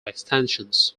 extensions